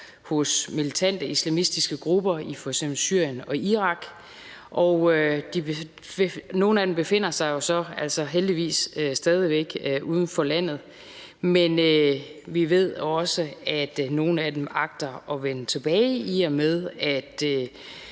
hos militante islamistiske grupper i f.eks. Syrien og Irak. Nogle af dem befinder sig jo så heldigvis stadig væk uden for landet, men vi ved også, at nogle af dem agter at vende tilbage, i og med